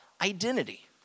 identity